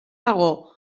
dago